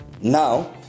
Now